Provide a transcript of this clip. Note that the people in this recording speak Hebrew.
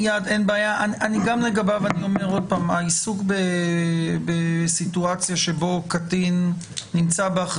גם לגביו אני אומר שוב שהעיסוק בסיטואציה בה קטין נמצא בה,